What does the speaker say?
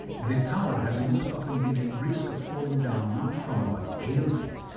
the tower has most often been at risk of falling down, not from what ails it,